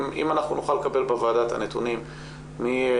אם נוכל לקבל בוועדה את הנתונים מינואר,